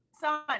son